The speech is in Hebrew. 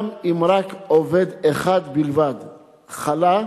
גם אם עובד אחד בלבד חלה,